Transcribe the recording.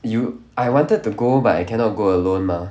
you I wanted to go but I cannot go alone mah